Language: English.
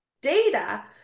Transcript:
data